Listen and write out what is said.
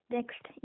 Next